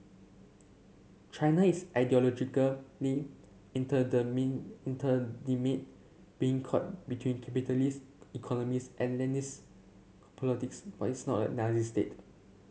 China is ideologically being caught between capitalist economics and Leninist politics but it is not a Nazi state